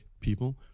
people